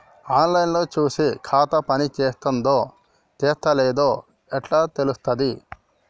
On line లో చూసి ఖాతా పనిచేత్తందో చేత్తలేదో ఎట్లా తెలుత్తది?